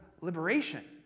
liberation